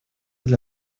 для